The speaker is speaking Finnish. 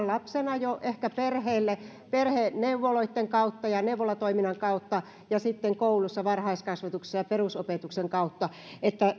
lapsena ehkä perheelle perheneuvoloitten kautta ja ja neuvolatoiminnan kautta ja sitten koulussa varhaiskasvatuksessa ja perusopetuksen kautta että